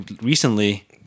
recently